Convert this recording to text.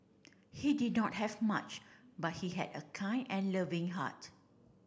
he did dot have much but he had a kind and loving heart